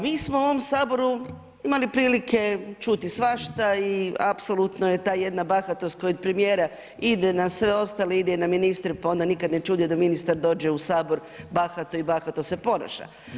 Mi smo u ovom Saboru imali prilike čuti svašta i apsolutno je ta jedna bahatost kod premijera, ide na sve ostale, ide i na ministre, pa onda nikad ne čudi da ministar dođe u Sabor bahato i bahato se ponaša.